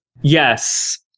Yes